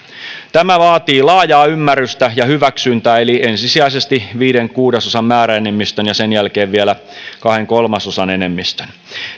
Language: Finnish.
tämä vaatii laajaa ymmärrystä ja hyväksyntää eli ensisijaisesti viiden kuudesosan määräenemmistön ja sen jälkeen vielä kahden kolmasosan enemmistön